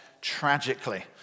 tragically